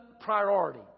priority